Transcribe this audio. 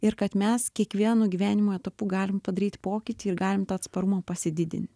ir kad mes kiekvienu gyvenimo etapu galim padaryt pokytį ir galim tą atsparumą pasididint